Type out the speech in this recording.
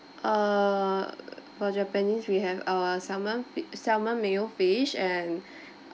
err for japanese we have our salmon f~ salmon mayo fish and